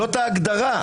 זאת דעתך,